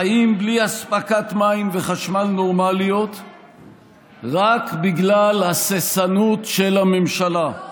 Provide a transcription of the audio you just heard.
חיים בלי אספקת מים וחשמל נורמלית רק בגלל הססנות של הממשלה.